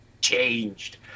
changed